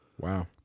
Wow